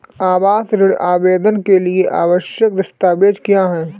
आवास ऋण आवेदन के लिए आवश्यक दस्तावेज़ क्या हैं?